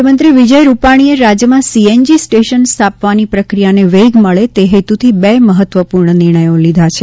મુખ્યમંત્રી વિજય રૂપાણીએ રાજ્યમાં સીએનજી સ્ટેશન સ્થાપવાની પક્રિયાને વેગ મળે તે હેતુથી બે મહત્વપૂર્ણ નિર્ણયો કર્યા છે